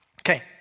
Okay